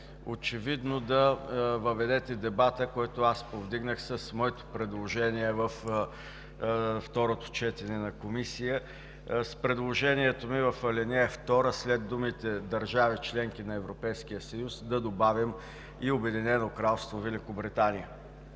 очевидно, да въведете дебата, който аз повдигнах с моето предложение във второто четене на Комисията, с предложението ми в ал. 2, след думите „държави – членки на Европейския съюз“ да добавим и „Обединено кралство Великобритания“.